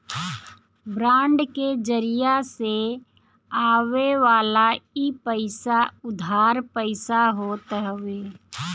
bond के जरिया से आवेवाला इ पईसा उधार पईसा होत हवे